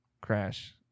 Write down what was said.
crash